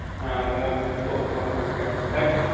and the most employers one was going to be text.